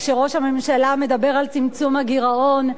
כשראש הממשלה מדבר על צמצום הגירעון,